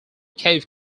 cave